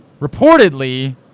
reportedly